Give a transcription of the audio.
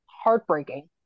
heartbreaking